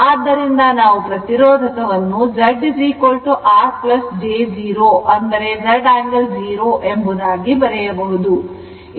ಆದ್ದರಿಂದ ನಾವು ಪ್ರತಿರೋಧಕವನ್ನು Z R j 0 ಅಂದರೆ Z angle 0 ಎಂಬುದಾಗಿ ಬರೆಯಬಹುದು